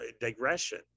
digression